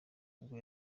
n’ubwo